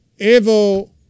Evo